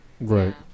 Right